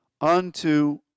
unto